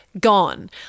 gone